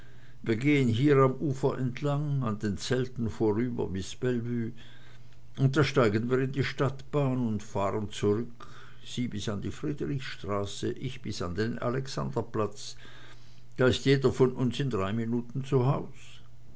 wir gehen hier am ufer entlang an den zelten vorüber bis bellevue und da steigen wir in die stadtbahn und fahren zurück sie bis an die friedrichsstraße ich bis an den alexanderplatz da ist jeder von uns in drei minuten zu haus